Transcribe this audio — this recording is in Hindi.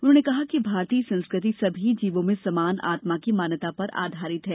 उन्होंने कहा कि भारतीय संस्कृति सभी जीवों में समान आत्मा की मान्यता पर आधारित है